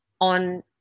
on